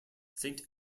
saint